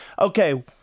okay